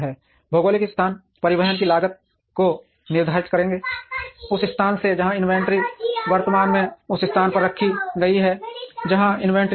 भौगोलिक स्थान परिवहन की लागत को निर्धारित करेंगे उस स्थान से जहां इन्वेंट्री वर्तमान में उस स्थान पर रखी गई है जहां इन्वेंट्री चलती है